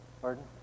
Pardon